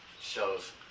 shows